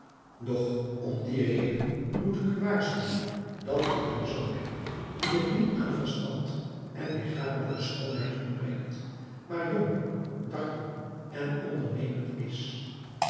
doch om die reden moet ik u waarschuwen dat ik een zoon heb dien het niet aan verstand en ligchamelijke schoonheid ontbreekt maar jong dartel en ondernemend is